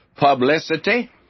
publicity